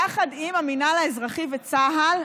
יחד עם המינהל האזרחי וצה"ל,